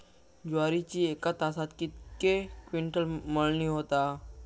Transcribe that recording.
ज्वारीची एका तासात कितके क्विंटल मळणी होता?